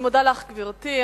אני מודה לך, גברתי.